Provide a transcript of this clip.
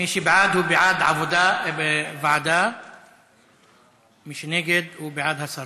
מי שבעד הוא בעד ועדה, מי שנגד הוא בעד הסרה.